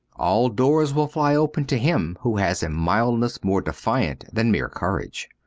all doors will fly open to him who has a mildness more defiant than mere courage.